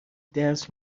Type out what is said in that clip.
درس